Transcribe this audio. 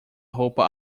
roupa